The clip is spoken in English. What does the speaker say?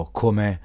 come